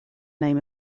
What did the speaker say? name